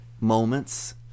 moments